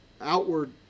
outward